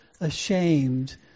ashamed